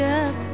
up